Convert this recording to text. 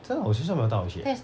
真的我学校没有带我去 eh